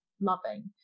loving